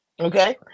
Okay